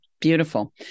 Beautiful